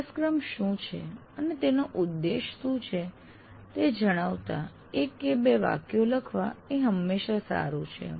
અભ્યાસક્રમ શું છે અને તેનો ઉદ્દેશ શું છે તે જણાવતા એક કે બે વાક્યો લખવા એ હંમેશા સારું છે